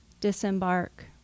disembark